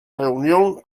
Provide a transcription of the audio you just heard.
reunión